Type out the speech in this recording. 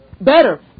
Better